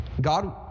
God